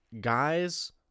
Guys